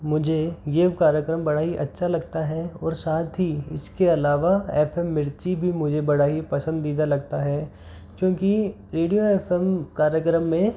मुझे यह कार्यक्रम बड़ा ही अच्छा लगता है और साथ ही इसके अलावा एफ एम मिर्ची भी मुझे बड़ा ही पसंदीदा लगता है क्योंकि रेडियो एफ एम कार्यक्रम में